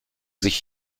sich